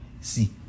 see